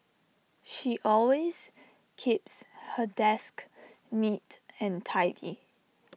she always keeps her desk neat and tidy